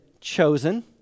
chosen